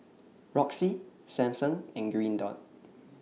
Roxy Samsung and Green Dot